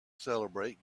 celebrate